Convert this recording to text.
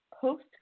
Post